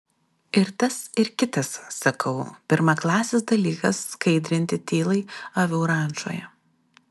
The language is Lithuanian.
ir tas ir kitas sakau pirmaklasis dalykas skaidrinti tylai avių rančoje